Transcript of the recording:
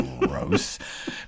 gross